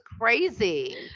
crazy